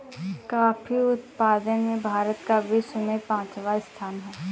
coffee उत्पादन में भारत का विश्व में पांचवा स्थान है